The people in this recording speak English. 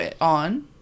on